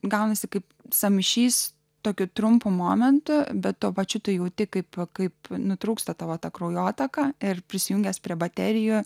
gaunasi kaip sąmišys tokiu trumpu momentu bet tuo pačiu tu jauti kaip kaip nutrūksta tavo tą kraujotaką ir prisijungęs prie baterijų